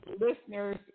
listeners